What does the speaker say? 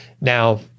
Now